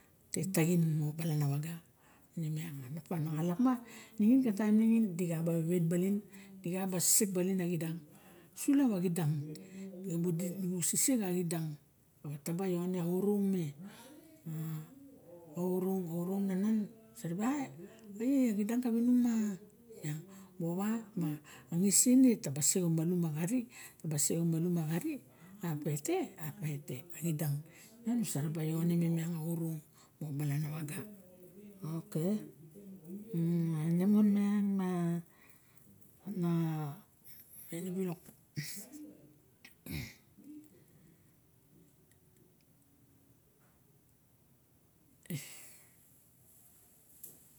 Tat taxin mo bilan awaga nemiang xalap ma nining in ka tain ningin duxa bol wewet baling di xa ba sek baling a xidang dibu sexelep xidang tawa taba ione a orong me a orong na nan nusa ribe ai a xidang kanung ma moxowa taba ngisine tabaa sek o omomolum a xickang o musa ribe ione me miang a o rung kabalan a waga ok nemonmiang ma ana waine bilok